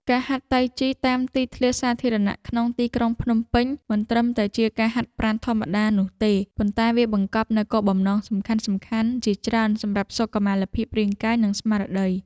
ការហាត់តៃជីតាមទីធ្លាសាធារណៈក្នុងទីក្រុងភ្នំពេញ មិនត្រឹមតែជាការហាត់ប្រាណធម្មតានោះទេ ប៉ុន្តែវាបង្កប់នូវគោលបំណងសំខាន់ៗជាច្រើនសម្រាប់សុខុមាលភាពរាងកាយ និងស្មារតី។